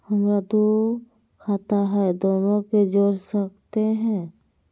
हमरा दू खाता हय, दोनो के जोड़ सकते है?